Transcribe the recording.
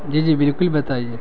جی جی بالکل بتائیے